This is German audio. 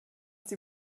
die